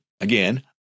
Again